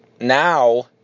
now